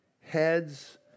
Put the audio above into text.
Heads